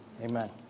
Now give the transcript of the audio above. Amen